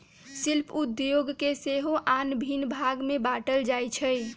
शिल्प उद्योग के सेहो आन भिन्न भाग में बाट्ल जाइ छइ